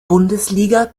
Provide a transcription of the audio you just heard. bundesliga